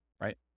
right